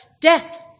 death